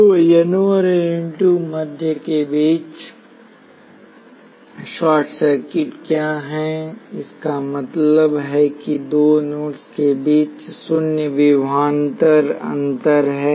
तो n 1 और n 2 माध्य के बीच शॉर्ट सर्किट क्या हैं इसका मतलब है कि दो नोड्स के बीच शून्य विभवांतर अंतर है